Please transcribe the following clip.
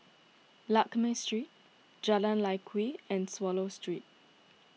Lakme Street Jalan Lye Kwee and Swallow Street